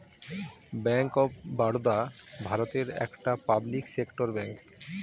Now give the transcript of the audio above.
bank of Baroda ভারতের একটা public sector bank